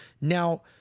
Now